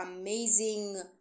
amazing